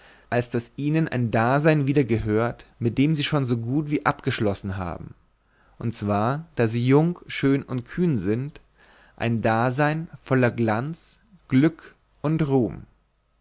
als daß ihnen ein dasein wieder gehört mit dem sie schon so gut wie abgeschlossen hatten und zwar da sie jung schön und kühn sind ein dasein voll glanz glück und ruhm